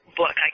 book